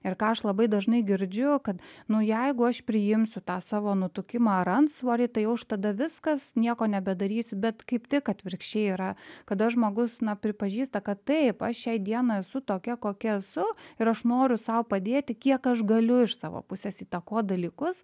ir ką aš labai dažnai girdžiu kad nu jeigu aš priimsiu tą savo nutukimą ar antsvorį tai jau aš tada viskas nieko nebedarysiu bet kaip tik atvirkščiai yra kada žmogus pripažįsta kad taip aš šiai dienai esu tokia kokia esu ir aš noriu sau padėti kiek aš galiu iš savo pusės įtakot dalykus